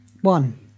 One